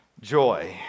Joy